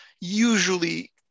usually